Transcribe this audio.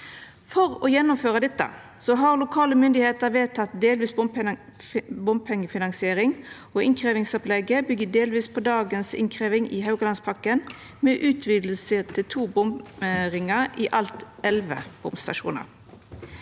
For å gjennomføra dette har lokale myndigheiter vedteke delvis bompengefinansiering. Innkrevjingsopplegget byggjer delvis på dagens innkreving i Haugalandspakken, men vert utvida til to bomringar og i alt elleve bomstasjonar.